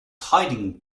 hiding